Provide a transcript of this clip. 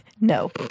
No